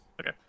Okay